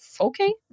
okay